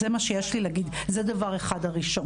זה מה שיש לי להגיד, זה הדבר הראשון.